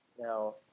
Now